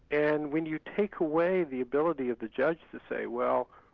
and when you take away the ability of the judge to say, well,